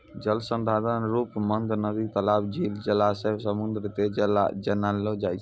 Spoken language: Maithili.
जल संसाधन रुप मग नदी, तलाब, झील, जलासय, समुन्द के जानलो जाय छै